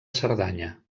cerdanya